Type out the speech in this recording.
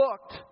looked